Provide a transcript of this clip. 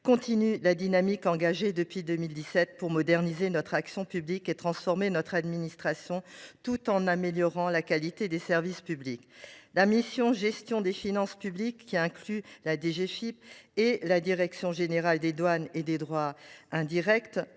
poursuivent la dynamique engagée depuis 2017 pour moderniser notre action publique et transformer notre administration, tout en améliorant la qualité des services publics. La mission « Gestion des finances publiques », qui inclut la DGFiP et la direction générale des douanes et droits indirects